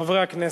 חברי הכנסת,